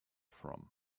from